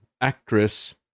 actress